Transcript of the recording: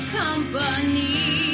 company